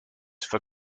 for